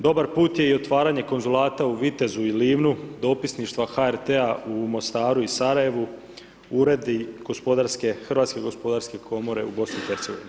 Dobar put je i otvaranje konzulata u Vitezu i Livnu, dopisništva HRT-a u Mostaru i Sarajevu, uredi Hrvatske gospodarske komore u BiH.